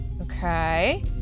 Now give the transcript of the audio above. okay